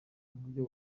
mubyo